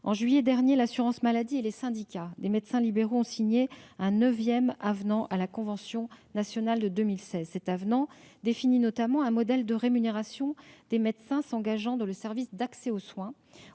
En juillet dernier, l'assurance maladie et les syndicats des médecins libéraux ont signé un neuvième avenant à la convention médicale de 2016. Celui-ci définit un modèle de rémunération des médecins s'engageant dans les services d'accès aux soins